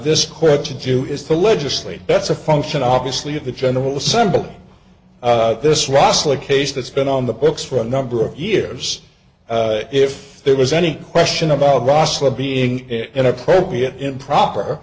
this court to do is to legislate that's a function obviously of the general assembly this rossley case that's been on the books for a number of years if there was any question about roslin being inappropriate improper